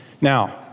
Now